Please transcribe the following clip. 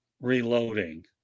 reloading